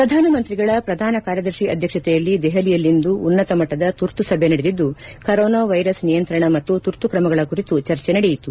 ಪ್ರಧಾನಮಂತ್ರಿಗಳ ಪ್ರಧಾನ ಕಾರ್ಯದರ್ಶಿ ಅಧ್ಯಕ್ಷತೆಯಲ್ಲಿ ದೆಹಲಿಯಲ್ಲಿಂದು ಉನ್ನತ ಮಟ್ಟದ ತುರ್ತು ಸಭೆ ನಡೆದಿದ್ದು ಕರೋನಾ ವೈರಸ್ ನಿಯಂತ್ರಣ ಮತ್ತು ತುರ್ತುಕ್ರಮಗಳ ಕುರಿತು ಚರ್ಚೆ ನಡೆಯಿತು